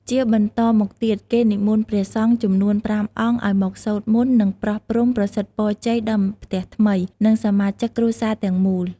ជាបន្តមកទៀត គេនិមន្តព្រះសង្ឃចំនួនប្រាំអង្គឲ្យមកសូត្រមន្តនឹងប្រោះព្រំប្រសិទ្ធពរជ័យដល់ផ្ទះថ្មី និងសមាជិកគ្រួសារទាំងមូល។